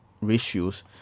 ratios